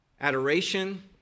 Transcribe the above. Adoration